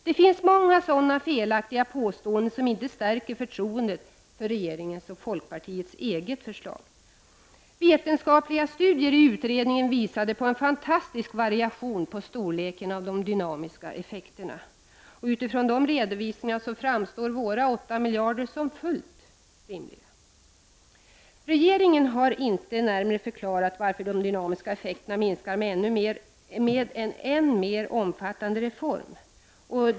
Det finns många sådana felaktiga påståenden som inte stärker förtroendet för regeringens och folkpartiets eget förslag. Vetenskapliga studier i utredningen visade på en fantastisk variation på storleken av de dynamiska effekterna. Med tanke på dessa redovisningar framstår våra 8 miljarder som fullt rimliga. Regeringen har inte närmare förklarat varför de dynamiska effekterna minskar med en ännu mer omfattande reform.